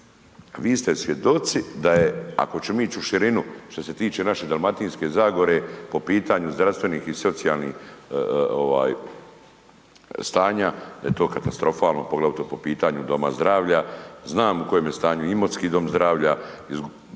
vi ste svjedoci da je, ako ćemo ić u širinu što se tiče naše Dalmatinske zagore po pitanju zdravstvenih i socijalnih stanja da je to katastrofalno, poglavito po pitanju doma zdravlja, znam u kojem je stanju Imotski dom zdravlja, kad je